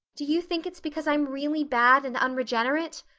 do you think it's because i'm really bad and unregenerate?